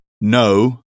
No